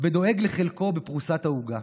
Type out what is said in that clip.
ודואג לחלקו בפרוסת העוגה.